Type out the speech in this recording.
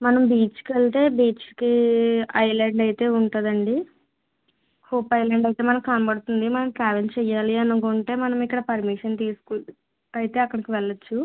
మనం బీచ్కి వెళ్తే బీచ్కి ఐలాండ్ అయితే ఉంటుంది అండి హోప్ ఐలాండ్ అయితే మనకు కనబడుతుంది మనం ట్రావెల్ చెయ్యాలి అనుకుంటే మనం ఇక్కడ పర్మిషన్ తీసుకున్నట్లు అయితే అక్కడికి వెళ్ళవచ్చు